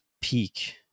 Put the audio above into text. peak